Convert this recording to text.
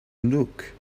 look